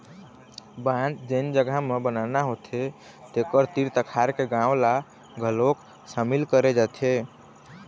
बांध जेन जघा म बनाना होथे तेखर तीर तखार के गाँव ल घलोक सामिल करे जाथे